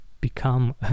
become